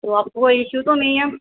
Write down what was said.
تو آپ كو کوٮٔی ایشو تو نہیں ہے